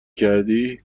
کردی